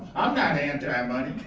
i'm not anti money.